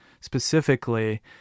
Specifically